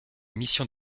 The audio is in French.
missions